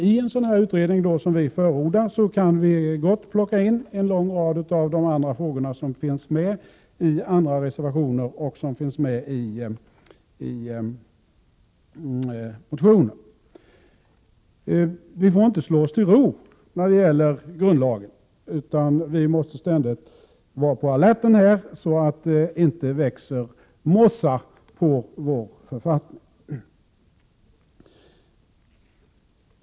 I en sådan utredning som vi förordar, skulle man också gott kunna plocka in en lång rad av de frågor som finns med i andra reservationer och i motionen. Vi får inte slå oss till ro när det gäller grundlagen. Vi måste ständigt vara på alerten här så att det inte växer mossa på vår författning.